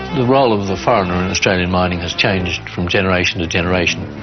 the role of the foreigner in australian mining has changed from generation generation.